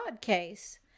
case